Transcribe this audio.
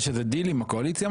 יש איזה דילים עם הקואליציה?